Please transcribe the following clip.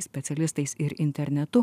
specialistais ir internetu